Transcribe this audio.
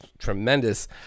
tremendous